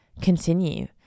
continue